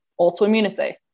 autoimmunity